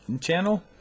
channel